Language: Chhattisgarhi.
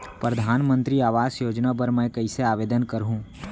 परधानमंतरी आवास योजना बर मैं कइसे आवेदन करहूँ?